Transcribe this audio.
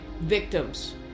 victims